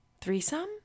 threesome